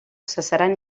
cessaran